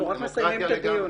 אנחנו רק מסיימים את הדיון.